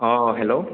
অঁ হেল্ল'